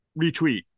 retweet